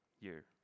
year